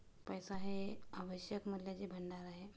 पैसा हे एक आवश्यक मूल्याचे भांडार आहे